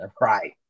Right